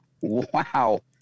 Wow